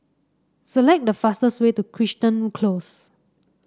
select the fastest way to Crichton Close